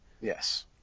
Yes